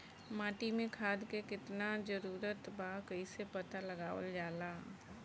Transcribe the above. माटी मे खाद के कितना जरूरत बा कइसे पता लगावल जाला?